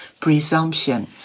Presumption